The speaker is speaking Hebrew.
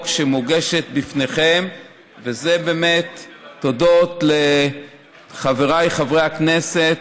שמוגשת בפניכם וזה באמת תודות לחבריי חברי הכנסת.